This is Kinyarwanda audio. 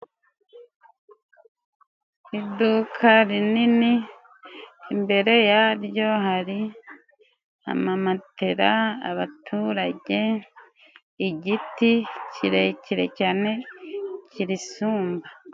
Iduka rinini imbere yaryo hari amamatera, abaturage ,igiti kirekire cyane kirisumba.